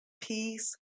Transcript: peace